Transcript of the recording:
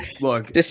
Look